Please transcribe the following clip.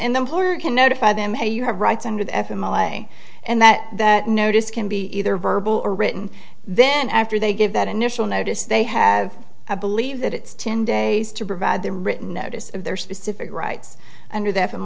the employer can notify them hey you have rights under the f m a way and that that notice can be either verbal or written then after they give that initial notice they have i believe that it's ten days to provide the written notice of their specific rights under th